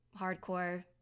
hardcore